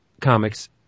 comics